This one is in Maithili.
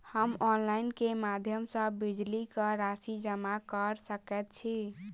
हम ऑनलाइन केँ माध्यम सँ बिजली कऽ राशि जमा कऽ सकैत छी?